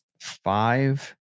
five